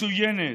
מצוינת,